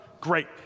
Great